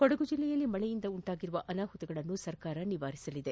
ಕೊಡಗು ಜಲ್ಲೆಯಲ್ಲಿ ಮಳೆಯಿಂದ ಉಂಟಾಗಿರುವ ಅನಾಹುತಗಳನ್ನು ಸರ್ಕಾರ ನಿವಾರಿಸಲಿದೆ